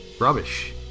rubbish